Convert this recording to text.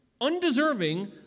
undeserving